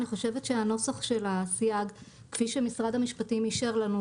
אני חושבת שהנוסח של הסייג כפי שמשרד המשפטים אישר לנו,